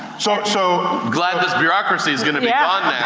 so so glad this bureaucracy's gonna be ah